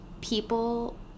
people